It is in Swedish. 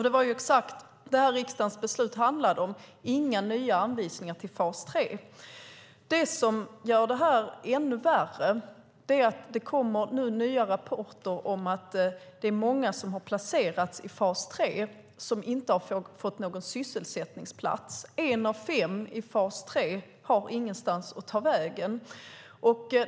Det var exakt det riksdagens beslut handlade om: inga nya anvisningar till fas 3. Det som gör det ännu värre är att det nu kommer nya rapporter om att det är många som har placerats i fas 3 som inte har fått någon sysselsättningsplats. En av fem i fas 3 har ingenstans att ta vägen.